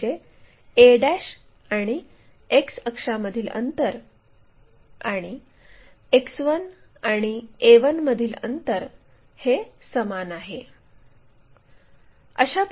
म्हणजे a आणि X अक्षामधील अंतर आणि X1 आणि a1 मधील अंतर हे समान आहे